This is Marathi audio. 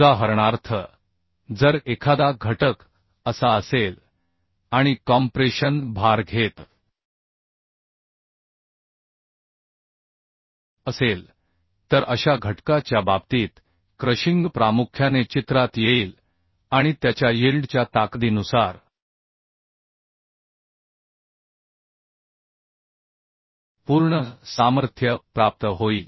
उदाहरणार्थ जर एखादा घटक असा असेल आणि कॉम्प्रेशन भार घेत असेल तर अशा घटका च्या बाबतीत क्रशिंग प्रामुख्याने चित्रात येईल आणि त्याच्या यिल्ड च्या ताकदीनुसार पूर्ण सामर्थ्य प्राप्त होईल